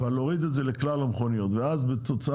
אבל להוריד את זה לכלל המכוניות ואז בתצורה